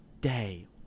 day